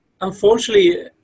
unfortunately